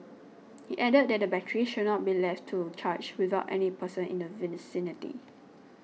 he added that the batteries should not be left to charge without any person in the vicinity